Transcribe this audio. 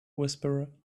whisperer